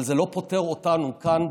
אבל זה לא פוטר אותנו כאן,